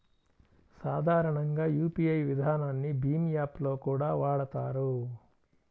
సాధారణంగా యూపీఐ విధానాన్ని భీమ్ యాప్ లో కూడా వాడతారు